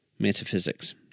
metaphysics